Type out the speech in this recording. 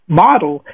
model